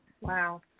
Wow